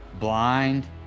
Blind